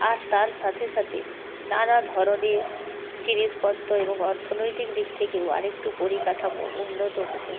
আর তার সাথে সাথে নানা ধরনের জিনিসপত্র এবং অর্থনৈতিক দিক থেকেও আর একটু পরিকাঠামো উন্নত হতো